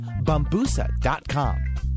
Bambusa.com